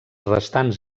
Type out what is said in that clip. restants